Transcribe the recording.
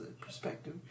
perspective